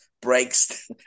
breaks